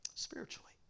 Spiritually